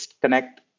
connect